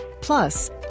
Plus